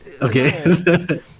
Okay